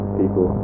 people